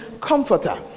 comforter